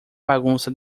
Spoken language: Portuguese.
bagunça